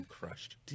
crushed